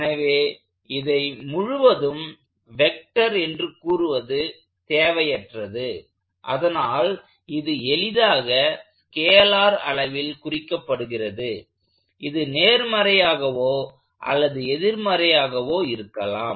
எனவே இதை முழுவதும் வெக்டர் என்று கூறுவது தேவையற்றது அதனால் இது எளிதாக ஸ்கேலார் அளவில் குறிக்கப்படுகிறது இது நேர்மறையாகவோ அல்லது எதிர்மறையாகவோ இருக்கலாம்